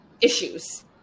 issues